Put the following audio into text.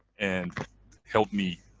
and helped me